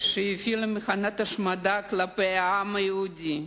שהפעילה מכונת השמדה כלפי העם היהודי.